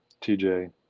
TJ